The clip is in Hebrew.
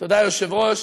תודה, היושב-ראש.